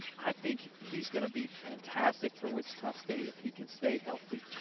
i think he's going to be fantastic for wichita state if he can stay healthy.